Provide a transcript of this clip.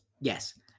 yes